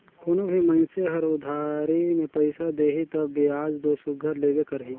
कोनो भी मइनसे हर उधारी में पइसा देही तब बियाज दो सुग्घर लेबे करही